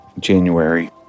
January